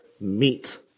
meet